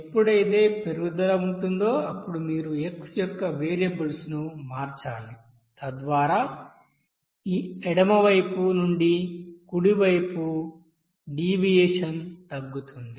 ఎప్పుడైతే పెరుగుదల ఉంటుందో అప్పుడు మీరు x యొక్క వేరియబుల్స్ను మార్చాలి తద్వారా ఈ ఎడమ వైపు నుండి కుడి చేతి వైపు డీవియేషన్ తగ్గుతుంది